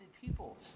people